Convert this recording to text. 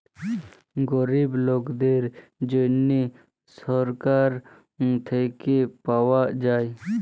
গরিব লকদের জ্যনহে ছরকার থ্যাইকে পাউয়া যায়